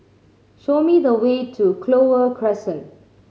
show me the way to Clover Crescent